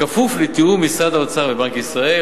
בכפוף לתיאום עם משרד האוצר ובנק ישראל.